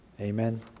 Amen